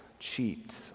cheat